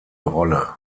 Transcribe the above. rolle